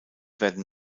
werden